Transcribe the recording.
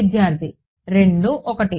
విద్యార్థి 2 1